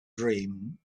dream